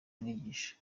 umwigisha